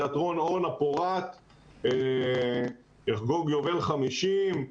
תיאטרון אורנה פורת יחגוג יובל 50,